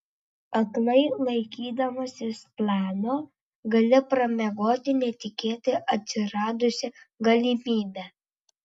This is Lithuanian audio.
aklai laikydamasis plano gali pramiegoti netikėtai atsiradusią galimybę